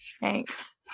Thanks